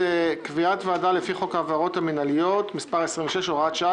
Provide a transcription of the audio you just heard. קביעת ועדה לפי חוק העבירות המינהליות - מס' 26 - הוראת שעה,